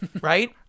Right